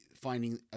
finding